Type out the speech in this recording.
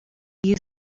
you